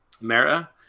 Mara